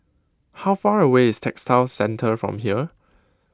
how far away is Textile Centre from here